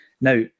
now